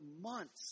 months